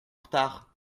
retard